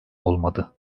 olmadı